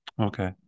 Okay